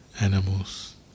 animals